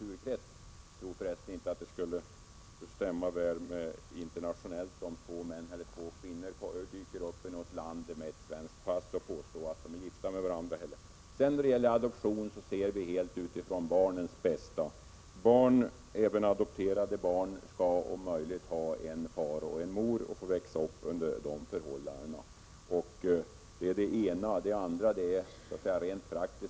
Jag tror för resten inte att det skulle stämma väl internationellt om två män eller två kvinnor dyker upp i något land med svenska pass och påstår att de är gifta med varandra. När det gäller adoption ser vi helt till barnets bästa. Barn, även adopterade barn, skall om möjligt ha en far och en mor och växa upp under sådana förhållanden. Det är en anledning. Den andra är rent praktisk.